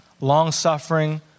Long-suffering